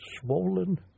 swollen